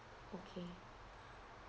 okay